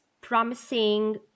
promising